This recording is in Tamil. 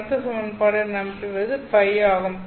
அடுத்த சமன்பாடு நான் பெறுவது Ø ஆகும்